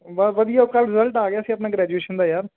ਬਸ ਵਧੀਆ ਉਹ ਕੱਲ੍ਹ ਰਿਜ਼ਲਟ ਆ ਗਿਆ ਸੀ ਆਪਣਾ ਗ੍ਰੈਜੂਏਸ਼ਨ ਦਾ ਯਾਰ